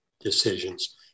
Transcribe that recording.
decisions